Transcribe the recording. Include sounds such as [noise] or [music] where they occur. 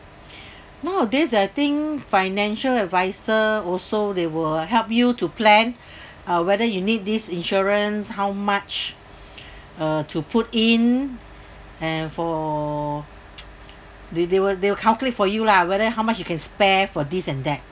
more of this I think financial adviser also they will help you to plan [breath] uh whether you need these insurance how much uh to put in and for [noise] they they will they'll calculate for you lah whether how much you can spare for these and that